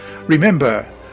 Remember